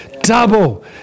double